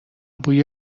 بوی